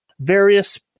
various